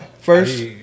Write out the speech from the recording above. first